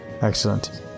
Excellent